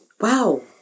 Wow